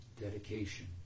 Dedication